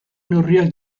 neurriak